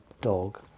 dog